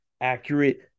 accurate